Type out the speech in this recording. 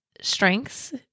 strengths